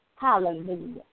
Hallelujah